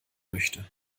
möchte